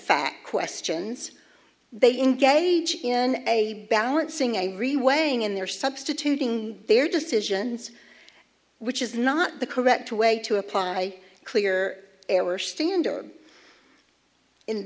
fact questions they engage in a balancing a re weighing in their substituting their decisions which is not the correct way to apply clear air or standard in